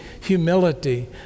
humility